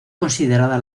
considerada